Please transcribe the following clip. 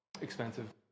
expensive